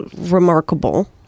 remarkable